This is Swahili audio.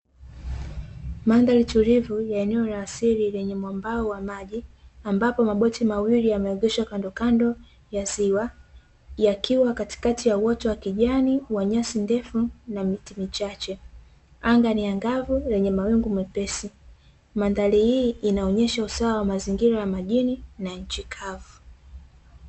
Mandhari tulivu ya eneo la asili lenye mwambao wa maji, ambapo maboti mawili yameegeshwa kando kando ya ziwa, yakiwa katikati ya uoto wa kijani wa nyasi ndefu na miti michache, anga ni angavu lenye mawingu mepesi. Mandhari hii inaonyesha usawa wa mazingira ya majini na nchi kavu.